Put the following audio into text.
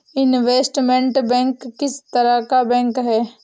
Investment bank किस तरह का बैंक है?